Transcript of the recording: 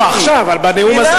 לא עכשיו, בנאום הזה.